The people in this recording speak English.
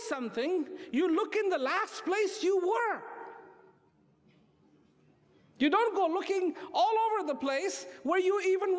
something you look at the last place you were you don't go looking all over the place where you even